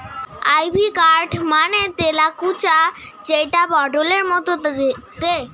ivy gourd মানে তেলাকুচা যেটা পটলের মতো দেখতে